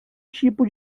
tipo